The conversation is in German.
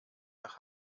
nach